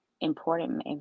important